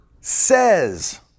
says